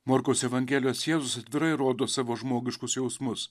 morkaus evangelijos jėzus atvirai rodo savo žmogiškus jausmus